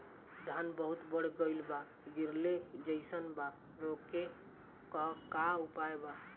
धान बहुत बढ़ गईल बा गिरले जईसन बा रोके क का उपाय बा?